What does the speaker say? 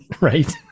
right